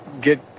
get